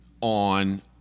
on